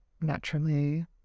naturally